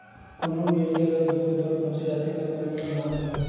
कोनो भेड़िया ल दूद बर पोसे जाथे त कोनो ल मांस बर